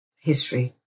history